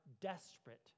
desperate